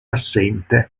assente